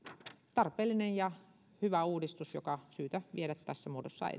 tarpeellinen ja hyvä uudistus joka on syytä viedä tässä muodossaan